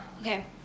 Okay